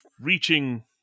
Reaching